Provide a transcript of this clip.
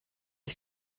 est